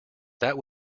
that